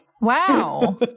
wow